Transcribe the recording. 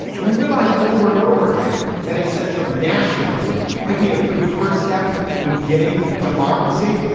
and we realize over and over again that a sense of nationalism might be a good first step in getting democracy.